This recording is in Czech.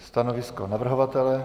Stanovisko navrhovatele?